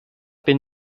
bin